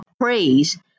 praise